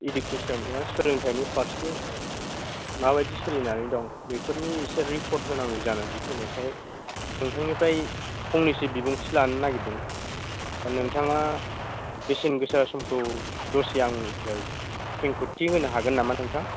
education मा सोलोंथायनि फारसे माबायदि सोलिनानै दं बेफोरनि एसे रिपर्त होनांगौ जानानै फैनायखाय नोंथांनिफ्राइ फंनैसो बिबुंथि लानो नागिरदों दा नोंथाङा बेसेन गोसा समखौ दसे आंनि थाखाय खेंफोरथि होनो हागोन नामा नोंथां